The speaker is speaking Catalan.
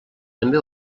també